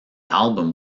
album